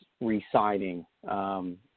re-signing